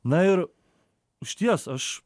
na ir išties aš